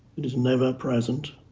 it is never present,